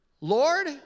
Lord